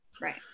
Right